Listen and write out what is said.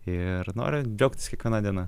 ir noriu džiaugtis kiekviena diena